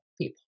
people